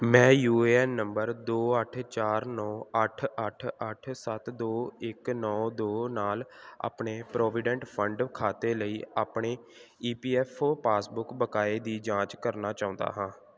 ਮੈਂ U A N ਨੰਬਰ ਦੋ ਅੱਠ ਚਾਰ ਨੌ ਅੱਠ ਅੱਠ ਅੱਠ ਸੱਤ ਦੋ ਇੱਕ ਨੌ ਦੋ ਨਾਲ ਆਪਣੇ ਪ੍ਰੋਵੀਡੈਂਟ ਫੰਡ ਖਾਤੇ ਲਈ ਆਪਣੇ E P F O passbook ਬਕਾਏ ਦੀ ਜਾਂਚ ਕਰਨਾ ਚਾਹੁੰਦਾ ਹਾਂ